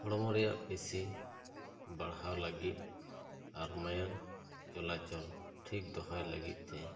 ᱦᱚᱲᱢᱚ ᱨᱮᱭᱟᱜ ᱯᱮᱥᱤ ᱵᱟᱲᱦᱟᱣ ᱞᱟᱹᱜᱤᱫ ᱟᱨ ᱢᱟᱭᱟᱢ ᱪᱚᱞᱟᱪᱚᱞ ᱴᱷᱤᱠ ᱫᱚᱦᱚᱭ ᱞᱟᱹᱜᱤᱫ ᱛᱮ